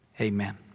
Amen